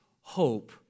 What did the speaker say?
hope